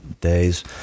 days